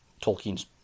Tolkien's